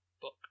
book